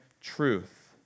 truth